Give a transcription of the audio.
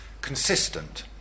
consistent